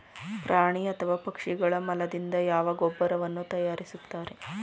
ಪ್ರಾಣಿ ಅಥವಾ ಪಕ್ಷಿಗಳ ಮಲದಿಂದ ಯಾವ ಗೊಬ್ಬರವನ್ನು ತಯಾರಿಸುತ್ತಾರೆ?